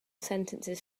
sentences